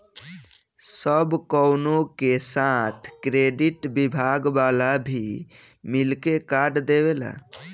सब कवनो के साथ क्रेडिट विभाग वाला भी मिल के कार्ड देवेला